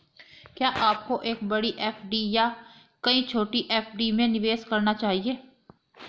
क्या आपको एक बड़ी एफ.डी या कई छोटी एफ.डी में निवेश करना चाहिए?